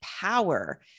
power